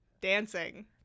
Dancing